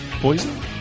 Poison